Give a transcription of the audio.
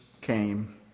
came